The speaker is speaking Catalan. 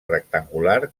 rectangular